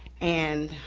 and